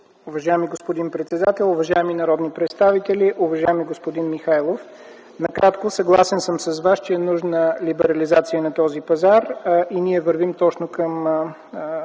Уважаеми господин председател, уважаеми народни представители, уважаеми господин Михайлов! Накратко: съгласен съм с Вас, че е нужна либерализация на този пазар. Ние вървим точно към